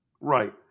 right